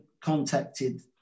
contacted